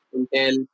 Intel